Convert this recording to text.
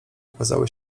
ukazały